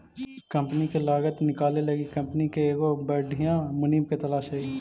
पूंजी के लागत निकाले लागी कंपनी के एगो बधियाँ मुनीम के तलास हई